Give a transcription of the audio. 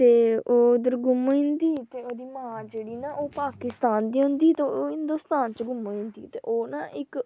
ते ओह् उद्धर गुम होई जंदी ओह्दी मांऽ जेह्ड़ी न ओह् पाकिस्तान दी होंदी ओह् हिंदोस्तान च गुम होई जंदी